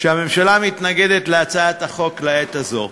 שהממשלה מתנגדת להצעת החוק לעת הזאת.